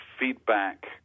feedback